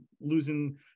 losing